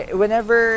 whenever